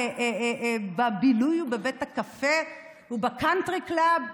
בבילוי בבית הקפה ובקאנטרי קלאב,